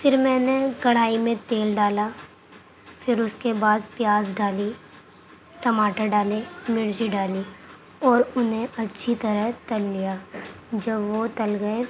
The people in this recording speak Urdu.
پھر میں نے کڑھائی میں تیل ڈالا پھر اُس کے بعد پیاز ڈالی ٹماٹر ڈالے مرچی ڈالی اور اُنہیں اچھی طرح تل لیا جب وہ تل گیے